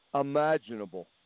imaginable